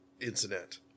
incident